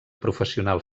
professional